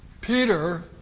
Peter